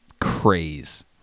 craze